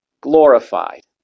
Glorified